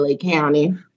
County